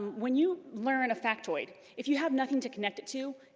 when you learn a factoid, if you have nothing to connect it to,